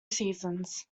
seasons